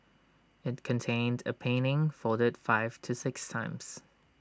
IT contained A painting folded five to six times